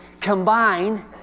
combine